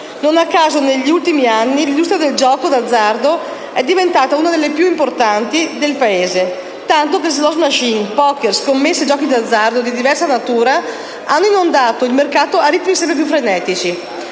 Non a caso, negli ultimi anni, l'industria del gioco d'azzardo è diventata una delle più importanti del Paese, tanto che *slot machine*, *poker*, scommesse e giochi d'azzardo di diversa natura hanno inondato il mercato a ritmi sempre più frenetici,